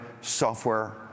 software